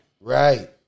Right